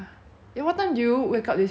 eh what time do you wake up this morning ah